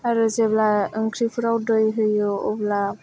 आरो जेब्ला ओंख्रिफोराव दै होयो अब्ला